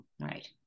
right